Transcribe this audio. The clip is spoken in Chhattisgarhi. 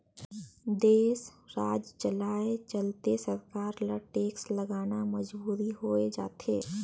देस, राज चलाए चलते सरकार ल टेक्स लगाना मजबुरी होय जाथे